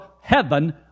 heaven